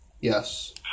Yes